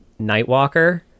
Nightwalker